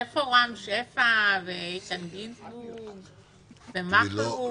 איפה רם שפע, איתן גינזבורג ומכלוף?